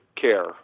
care